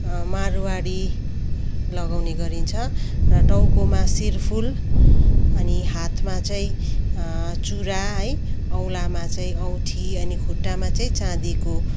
मारवाडी लगाउने गरिन्छ र टाउकोमा शिरफुल अनि हातमा चाहिँ चुरा है औँलामा चाहिँ औँठी अनि खुट्टामा चाहिँ चाँदीको